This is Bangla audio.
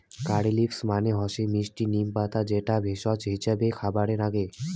কারী লিভস মানে হসে মিস্টি নিম পাতা যেটা ভেষজ হিছাবে খাবারে নাগে